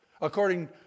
according